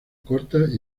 cortas